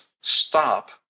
stop